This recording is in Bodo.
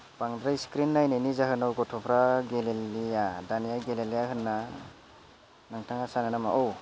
बांद्राय स्क्रिन नायनायनि जाहोनाव गथ'फ्रा गेलेनाया दानिया गेलेलिया होनना नोंथाङा सानो नामा औ